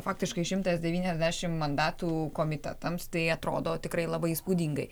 faktiškai šimtas devyniasdešimt mandatų komitetams tai atrodo tikrai labai įspūdingai